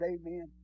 amen